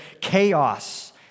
chaos